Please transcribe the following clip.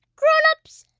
grown-ups,